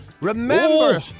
Remember